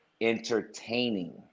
entertaining